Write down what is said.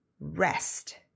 rest